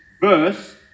verse